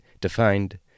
defined